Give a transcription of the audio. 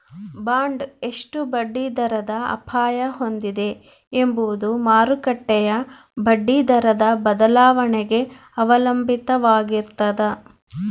bond ಎಷ್ಟು ಬಡ್ಡಿದರದ ಅಪಾಯ ಹೊಂದಿದೆ ಎಂಬುದು ಮಾರುಕಟ್ಟೆಯ ಬಡ್ಡಿದರದ ಬದಲಾವಣೆಗೆ ಅವಲಂಬಿತವಾಗಿರ್ತದ